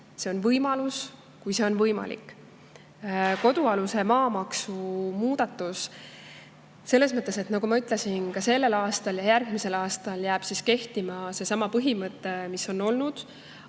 see on võimalus, kui see on võimalik. Kodualuse maa maksu muudatus – nagu ma ütlesin, sellel aastal ja järgmisel aastal jääb kehtima seesama põhimõte, mis on olnud.